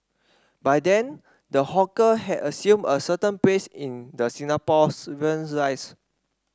by then the hawker had assumed a certain place in the Singaporean's